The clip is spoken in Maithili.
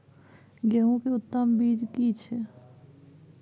गेहूं के उत्तम बीज की छै?